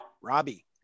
Robbie